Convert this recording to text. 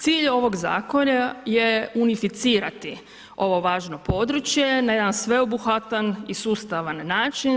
Cilj ovog Zakona je unificirati ovo važno područje na jedan sveobuhvatan i sustavan način.